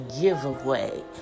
Giveaway